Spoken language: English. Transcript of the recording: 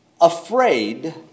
afraid